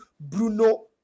Bruno